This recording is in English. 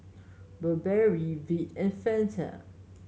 Burberry Veet and Fanta